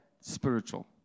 spiritual